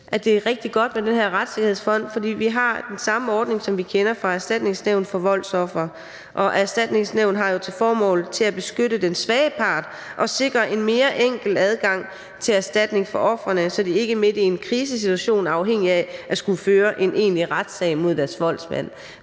at det er rigtig godt med den her retssikkerhedsfond, for vi har den samme ordning, som vi kender fra Erstatningsnævnet for voldsofre. Erstatningsnævnet har jo til formål at beskytte den svage part og sikre en mere enkel adgang til erstatning for ofrene, så de ikke midt i en krisesituation er afhængig af at skulle føre en egentlig retssag mod voldsmanden.